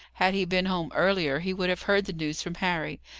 had he been home earlier, he would have heard the news from harry.